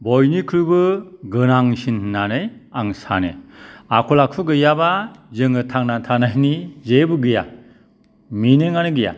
बयनिख्रुइबो गोनांसिन होन्नानै आं सानो आखल आखु गैयाब्ला जोङो थांना थानायनि जेबो गैया मिनिंयानो गैया